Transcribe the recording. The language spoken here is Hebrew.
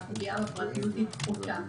והפגיעה בפרטיות היא פחותה.